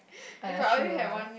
ah ya true lah